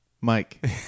Mike